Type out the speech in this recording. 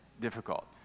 difficult